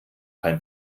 kein